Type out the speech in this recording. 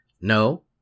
No